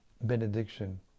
benediction